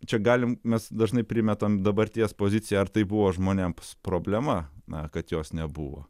čia galim mes dažnai primetam dabarties poziciją ar tai buvo žmonėms problema na kad jos nebuvo